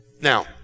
now